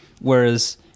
Whereas